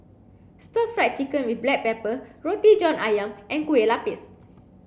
stir fried chicken with black pepper Roti John Ayam and Kuih Popes